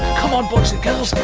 come on boys and girls,